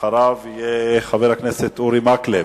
אחריו יהיה חבר הכנסת אורי מקלב.